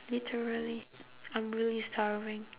literally I'm really sorry